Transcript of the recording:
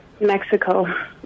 Mexico